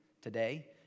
today